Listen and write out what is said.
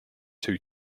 two